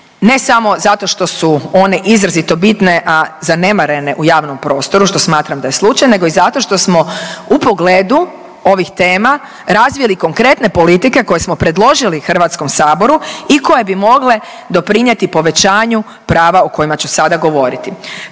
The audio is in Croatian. ne samo zato što su one izrazito bitne, a zanemarene u javnom prostoru što smatram da je slučajno, nego i zato što smo u pogledu ovih tema razvili konkretne politike koje smo predložili Hrvatskom saboru i koje bi mogle doprinijeti povećanju prava o kojima ću sada govoriti.